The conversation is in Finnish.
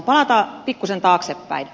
palataan pikkuisen taaksepäin